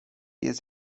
jest